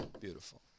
Beautiful